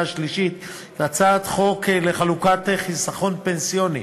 שלישית את הצעת חוק לחלוקת חיסכון פנסיוני